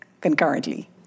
concurrently